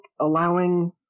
allowing